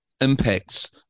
impacts